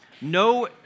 No